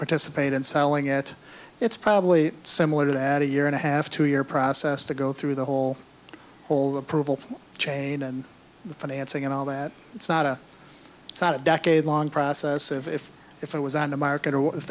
participate in selling it it's probably similar to that a year and a half to your process to go through the whole all the approval chain and the financing and all that it's not a sort of decade long process of if if it was on the market